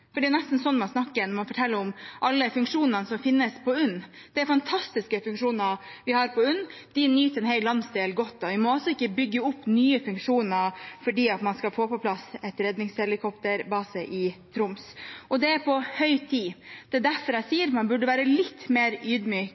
for det er nesten sånn man snakker når man forteller om alle funksjonene som finnes på UNN. Vi har fantastiske funksjoner på UNN, og de nyter en hel landsdel godt av. Vi må altså ikke bygge opp nye funksjoner for at man skal få på plass en redningshelikopterbase i Troms. Dette er på høy tid, og det er derfor jeg sier at man burde være litt mer